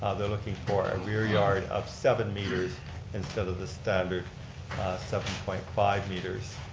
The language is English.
ah they're looking for a rear yard of seven meters instead of the standard seven point five meters.